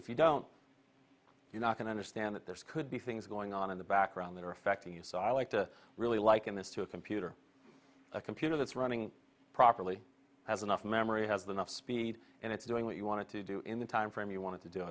if you don't you're not going under stand that this could be things going on in the background that are affecting you so i like to really liken this to a computer a computer that's running properly has enough memory has been off speed and it's doing what you want to do in the time frame you want to do